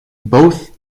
both